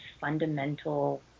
fundamental